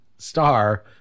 star